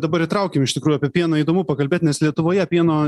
dabar įtraukim iš tikrųjų apie pieną įdomu pakalbėt nes lietuvoje pieno